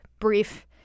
brief